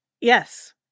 Yes